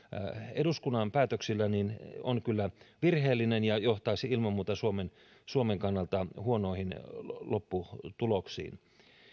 eduskunnan päätöksillä on kyllä virheellinen ja johtaisi ilman muuta suomen suomen kannalta huonoihin lopputuloksiin